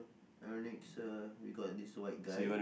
ironic sia we got this white guy